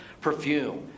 perfume